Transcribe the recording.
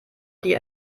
die